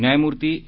न्यायमूर्ती ए